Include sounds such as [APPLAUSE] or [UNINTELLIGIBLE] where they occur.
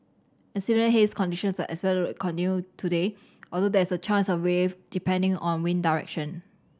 and similar haze conditions are expected to [UNINTELLIGIBLE] today although there is a chance of relief depending on wind direction